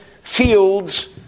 fields